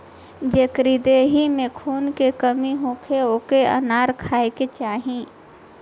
जेकरी देहि में खून के कमी होखे ओके अनार खाए के चाही